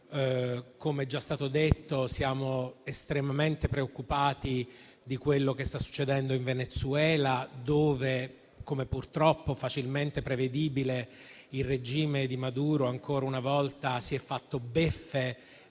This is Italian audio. Come è già stato detto, siamo estremamente preoccupati di quello che sta succedendo in Venezuela dove, come purtroppo era facilmente prevedibile, il regime di Maduro ancora una volta si è fatto beffe